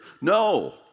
No